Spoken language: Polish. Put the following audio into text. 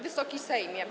Wysoki Sejmie!